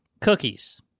cookies